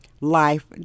life